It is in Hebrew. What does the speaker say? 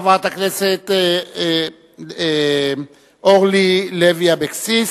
חברת הכנסת אורלי לוי אבקסיס,